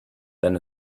than